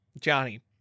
Johnny